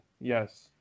Yes